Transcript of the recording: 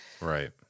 right